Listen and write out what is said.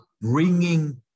bringing